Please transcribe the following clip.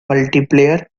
multiplayer